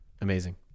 Amazing